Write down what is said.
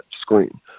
screen